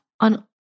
on